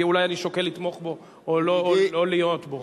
כי אולי אני שוקל לתמוך בו או לא להיות בו.